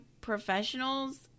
professionals